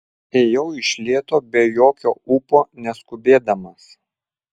ėjau iš lėto be jokio ūpo neskubėdamas